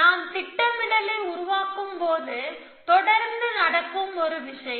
நாம் திட்டமிடலை உருவாக்கும் போது தொடர்ந்து நடக்கும் ஒரு விஷயம்